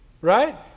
Right